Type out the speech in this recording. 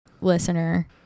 listener